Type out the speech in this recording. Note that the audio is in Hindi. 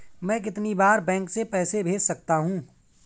मैं कितनी बार बैंक से पैसे भेज सकता हूँ?